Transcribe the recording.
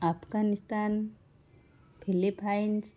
Afghanistan Philippines